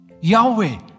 Yahweh